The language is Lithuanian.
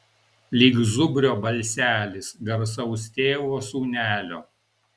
lyg zubrio balselis garsaus tėvo sūnelio